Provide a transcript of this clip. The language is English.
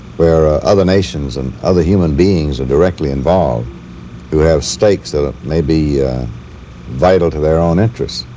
where other nations and other human beings are directly involved who have stakes that ah may be vital to their own interests.